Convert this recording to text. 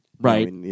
right